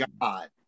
God